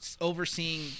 overseeing